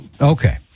Okay